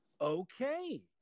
okay